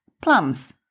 plums